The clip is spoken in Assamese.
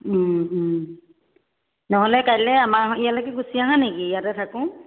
নহ'লে কাইলে আমাৰ ইয়ালৈকে গুচি আহা নেকি ইয়াতে থাকোঁ